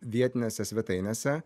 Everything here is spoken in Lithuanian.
vietinėse svetainėse